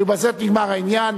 ובזה נגמר העניין.